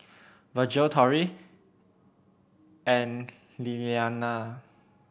Virgel Torrie and Lillianna